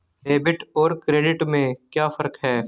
Debit और credit में क्या फर्क है?